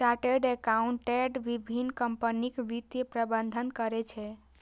chartered accountant विभिन्न कंपनीक वित्तीय प्रबंधन करै छै